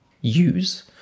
use